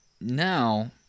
now